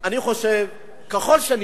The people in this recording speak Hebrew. אני חושב, ככל שניתן,